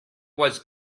was